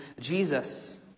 jesus